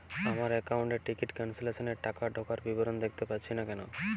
আমার একাউন্ট এ ticket cancellation এর টাকা ঢোকার বিবরণ দেখতে পাচ্ছি না কেন?